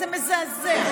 זה מזעזע,